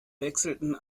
wechselten